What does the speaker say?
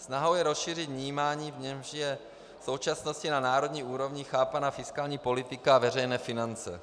Snahou je rozšířit vnímání, v němž je v současnosti na národní úrovni chápána fiskální politika a veřejné finance.